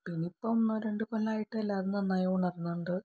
പിന്നിപ്പം രണ്ടുകൊല്ലമായിട്ട് എല്ലാവരും നന്നായി ഉണരുന്നുണ്ട്